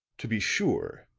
to be sure,